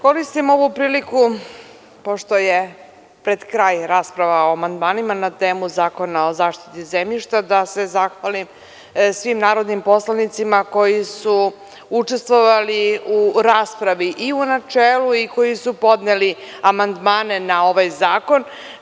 Koristim ovu priliku, pošto je pred kraj rasprava o amandmanima na temu Zakona o zaštiti zemljišta, da se zahvalim svim narodnim poslanicima koji su učestvovali u raspravi i u načelu i koji su podneli amandmane na ovaj zakon.